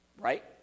Right